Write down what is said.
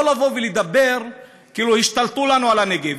לא לבוא ולדבר כאילו השתלטו לנו על הנגב.